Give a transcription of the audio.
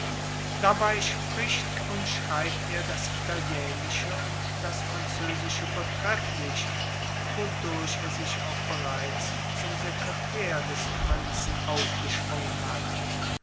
dabei spricht und schreibt er das italienische und das französische vortrefflich wodurch er sich auch bereits zum sekretär des prinzen aufgeschwungen hat